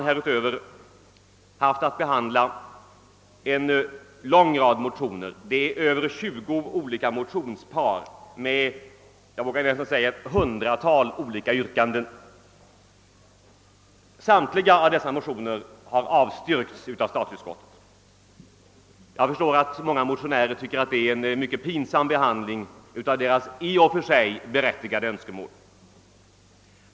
Härutöver har utskottet haft att behandla över tjugo olika motionspar med jag vågar säga ett hundratal olika yrkanden. Samtliga har avstyrkts av statsutskottet. Jag förstår att många motionärer tycker att det är pinsamt att de ras i och för sig berättigade önskemål fått en sådan behandling.